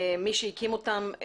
מי שהקים אותם,